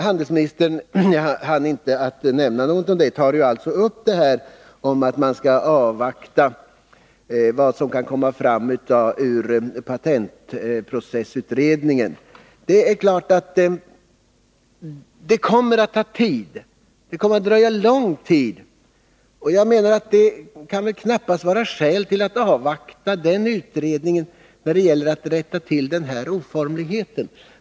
Handelsministern säger nu att man skall avvakta vad som kan komma fram av patentprocessutredningen, men det är klart att detta kommer att dröja lång tid. Jag anser att det knappast kan finnas skäl att avvakta den utredningens resultat när det gäller att rätta till den här oformligheten.